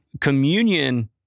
communion